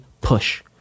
push